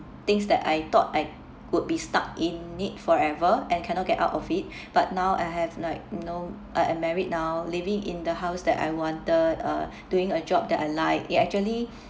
things that I thought I would be stuck in it forever and cannot get out of it but now I have like no uh I'm married now living in the house that I wanted uh doing a job that I like it actually